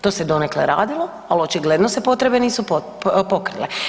To se donekle radilo, al očigledno se potrebe nisu pokrile.